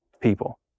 people